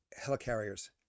helicarriers